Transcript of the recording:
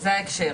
זה ההקשר.